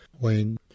Wayne